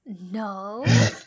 No